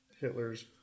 hitler's